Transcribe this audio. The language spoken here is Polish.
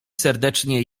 serdecznie